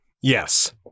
Yes